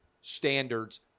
standards